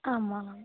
ஆமாம்